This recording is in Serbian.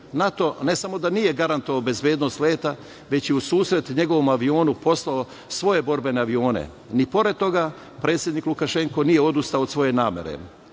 NATO nije garantovao, već je u susret njegovom avionu poslao svoje borbene avione. Ni pored toga, predsednik Lukašenko nije odustao od svoje namere.